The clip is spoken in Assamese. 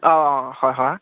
অঁ অঁ হয় হয়